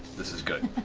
this is good.